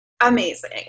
amazing